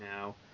now